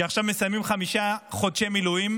שעכשיו מסיימים חמישה חודשים מילואים,